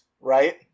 right